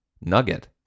nugget